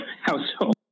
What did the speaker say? household